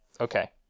okay